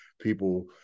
people